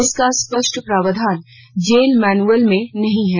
इसका स्पष्ट प्रावधान जेल मैनुअल में नहीं है